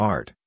Art